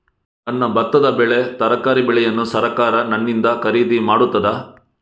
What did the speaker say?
ನನ್ನ ಭತ್ತದ ಬೆಳೆ, ತರಕಾರಿ ಬೆಳೆಯನ್ನು ಸರಕಾರ ನನ್ನಿಂದ ಖರೀದಿ ಮಾಡುತ್ತದಾ?